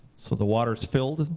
so the water is filled.